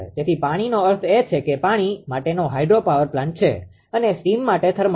તેથી પાણીનો અર્થ છે કે તે પાણી માટેનો હાઇડ્રોપાવર પ્લાન્ટ છે અને સ્ટીમ માટે થર્મલ છે